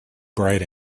bride